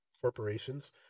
corporations